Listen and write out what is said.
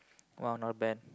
!wow! not bad